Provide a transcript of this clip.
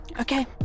Okay